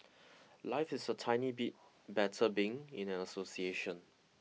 life is a tiny bit better being in an association